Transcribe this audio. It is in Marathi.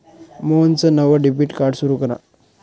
मोहनचं नवं डेबिट कार्ड सुरू करा